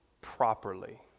properly